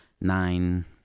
nine